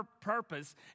purpose